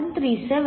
37